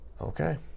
Okay